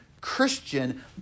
Christian